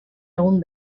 egun